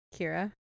Kira